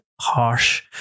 harsh